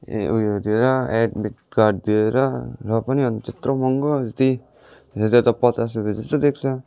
ए ऊ यो दिएर एडमिट कार्ड दिएर र पनि अब त्यत्रो महँगो अब त्यही हेर्दा त पचास रुपियाँ जस्तो देख्छ